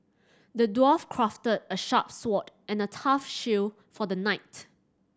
the dwarf crafted a sharp sword and a tough shield for the knight